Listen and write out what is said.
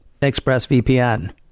ExpressVPN